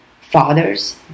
fathers